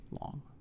long